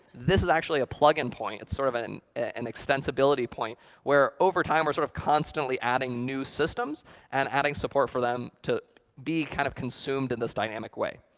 this is actually a plug-in point. it's sort of and an an extensibility point where, over time, we're sort of constantly adding new systems and adding support for them to be kind of consumed in this dynamic way.